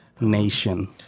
Nation